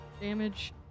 damage